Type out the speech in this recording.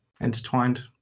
intertwined